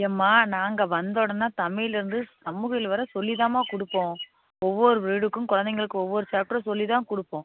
ஏம்மா நாங்கள் வந்தவுடனே தமிழ்லேருந்து சமூக அறிவியல் வரை சொல்லி தாம்மா கொடுப்போம் ஒவ்வொரு ஃப்ரீடுக்கும் கொழந்தைங்களுக்கு ஒவ்வொரு சேஃப்ட்ரும் சொல்லிதான் கொடுப்போம்